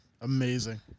Amazing